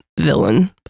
villain